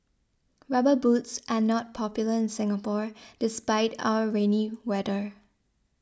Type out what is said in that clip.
rubber boots are not popular in Singapore despite our rainy weather